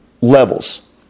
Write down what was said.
levels